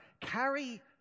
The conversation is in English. carry